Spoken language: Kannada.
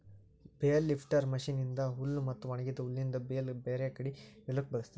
ಬೇಲ್ ಲಿಫ್ಟರ್ ಮಷೀನ್ ಇಂದಾ ಹುಲ್ ಮತ್ತ ಒಣಗಿದ ಹುಲ್ಲಿಂದ್ ಬೇಲ್ ಬೇರೆ ಕಡಿ ಇಡಲುಕ್ ಬಳ್ಸತಾರ್